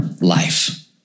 life